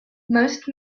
most